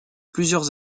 plusieurs